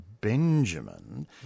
Benjamin